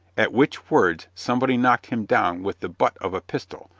at which words somebody knocked him down with the butt of a pistol,